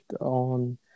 on